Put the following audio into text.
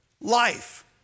life